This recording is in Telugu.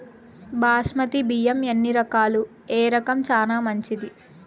బాస్మతి బియ్యం ఎన్ని రకాలు, ఏ రకం చానా మంచిది?